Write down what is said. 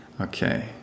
Okay